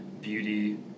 beauty